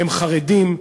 הם חרדים,